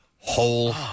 whole